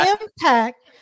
impact